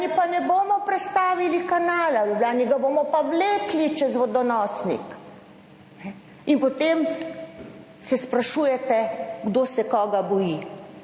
Ljubljani pa ne bomo prestavili kanala, v Ljubljani ga bomo pa vlekli čez vodonosnik in potem se sprašujete, kdo se koga boji.